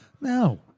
No